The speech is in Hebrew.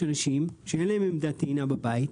יש אנשים שאין להם עמדת טעינה בבית,